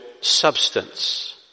substance